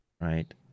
right